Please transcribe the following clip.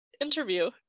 interview